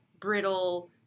brittle